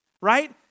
right